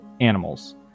animals